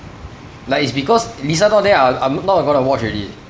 like it's because lisa not there I I'm not gonna watch already